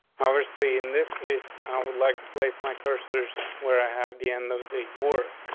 obviously, in this case, i would like to place my cursors where i have the end of the work.